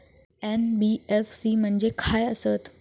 NBFC म्हणजे खाय आसत?